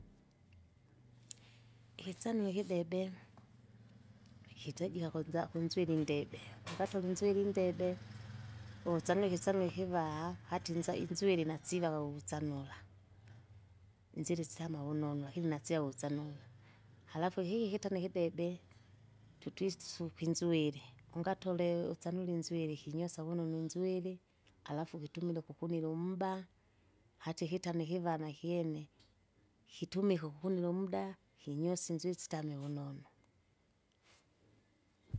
ikisami ikidebe, ikichaijika kunza- kunswili indebe, ungati unzwiri indebe, unzanwi ikisanwi ikivaha hata inza- inzwiri natsila wauzanula, inziri isama vunonu lakini nasya uzanula, halafu ihi- hita nikidebe, twitwitsisu upinzuwiri ungatole usanule inzwiri kinyosa vunonu inzwiri. Halafu kitumila ukukunila umba, hata ikitana ikiva nakyene, kitumika ukukunila umda, kinyosi inswisi sitamye vunonu.